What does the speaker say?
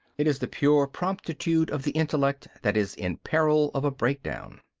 it is the pure promptitude of the intellect that is in peril of a breakdown.